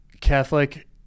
Catholic